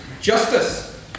justice